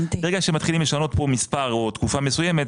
ברגע שמתחילים לשנות כאן מספר או תקופה מסוימת,